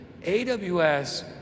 AWS